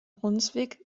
brunswick